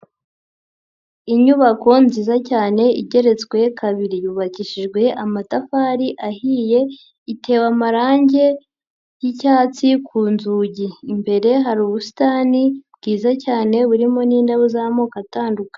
Inyubako nziza cyane igeretswe kabiri, yubakishijwe amatafari ahiye, itewe amarange y'icyatsi ku nzugi, imbere hari ubusitani bwiza cyane burimo n'indabo z'amoko atandukanye.